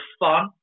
fun